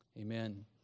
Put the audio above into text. Amen